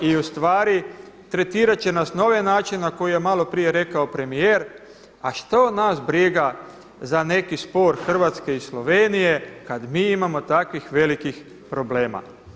I u stvari tretirat će nas na ovaj način na koji je malo prije rekao premijer, a što nas briga za neki spor Hrvatske i Slovenije, kada mi imamo takvih velikih problema.